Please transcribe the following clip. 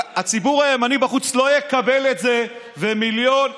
הציבור הימני בחוץ, לא יקבל את זה, ומיליון איש,